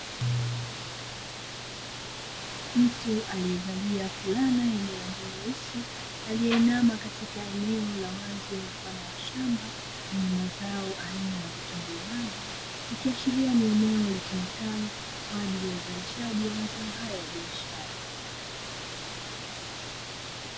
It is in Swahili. Mtu aliyevalia fulana yenye rangi nyeusi, aliyeinama katika eneo la wazi, mfano wa shamba lenye mazao aina ya vitunguu maji; ikiashiria ni eneo litumikalo kwa ajili ya uzalishaji wa mazao hayo ya biashara.